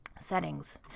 settings